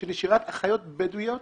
יש נשירת אחיות בדואיות